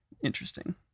interesting